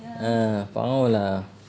ah பாவம்:paavam lah